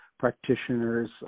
practitioners